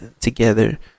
together